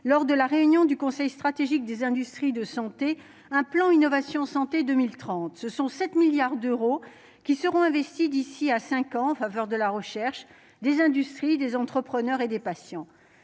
lors de la réunion du Conseil stratégique des industries de santé un plan Innovation Santé 2030, ce sont 7 milliards d'euros qui seront investis d'ici à 5 ans en faveur de la recherche, des industries, des entrepreneurs et des patients